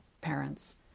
parents